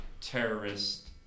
terrorist